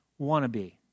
wannabe